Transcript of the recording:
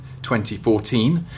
2014